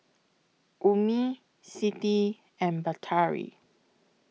Ummi Siti and Batari